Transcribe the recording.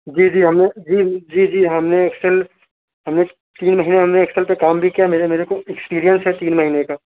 جی جی ہم نے جی جی جی ہم نے ایکسیل ہم نے تین مہینہ ہم نے ایکسیل پہ کام بھی کیا میرے میرے کو ایکسپرینس ہے تین مہینے کا